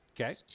Okay